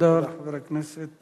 תודה לחבר הכנסת